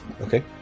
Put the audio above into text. Okay